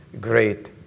great